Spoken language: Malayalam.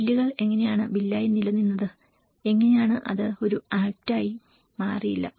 ബില്ലുകൾ എങ്ങനെയാണ് ബില്ലായി നിലനിന്നത് എങ്ങനെ അത് ഒരു ആക്റ്റായി മാറിയില്ല